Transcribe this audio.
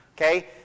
okay